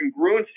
congruency